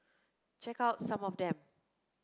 check out some of them